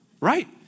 right